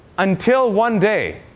until one day,